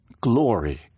glory